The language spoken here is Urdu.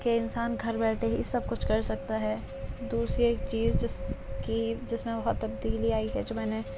کہ انسان گھر بیٹھے ہی سب کچھ کر سکتا ہے دور سے ایک چیز جس کی جس میں بہت تبدیلی آئی ہے جو میں نے